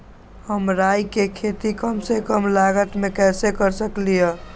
हम राई के खेती कम से कम लागत में कैसे कर सकली ह?